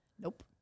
nope